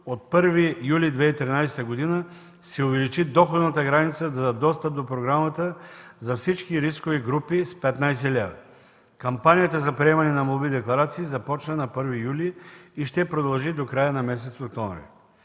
от 1 юли 2013 г. се увеличи доходната граница за достъп до програмата за всички рискови групи с 15 лв. Кампанията за приемане на Молба декларация започна на 1 юли и ще продължи до края на месец октомври.